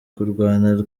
kurwana